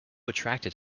attracted